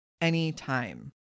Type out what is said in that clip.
anytime